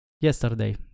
Yesterday